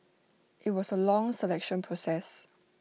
IT was A long selection process